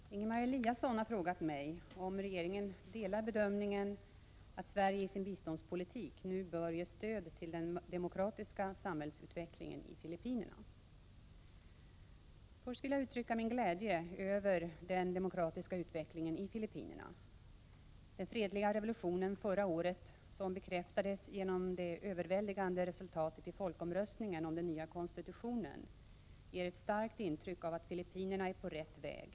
Herr talman! Ingemar Eliasson har frågat mig om regeringen delar bedömningen att Sverige i sin biståndspolitik nu bör ge stöd till den demokratiska samhällsutvecklingen i Filippinerna. Först vill jag uttrycka min glädje över den demokratiska utvecklingen i Filippinerna. Den fredliga revolutionen förra året, som bekräftades genom det överväldigande resultatet i folkomröstningen om den nya konstitutionen, — Prot. 1986/87:98 ger ett starkt intryck av att Filippinerna är på rätt väg.